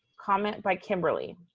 comment by kimberly.